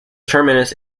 terminus